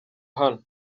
hano